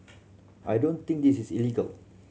I don't think this is illegal